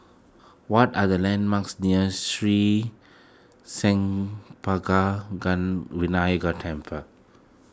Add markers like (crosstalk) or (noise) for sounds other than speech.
what are the landmarks near Sri Senpaga (unintelligible) Vinayagar Temple